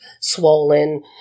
swollen